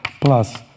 plus